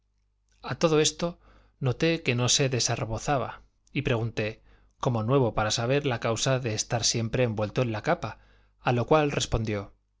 a todo esto noté que no se desarrebozaba y pregunté como nuevo para saber la causa de estar siempre envuelto en la capa a lo cual respondió